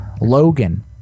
logan